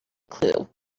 clue